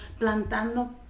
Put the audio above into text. plantando